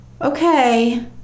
okay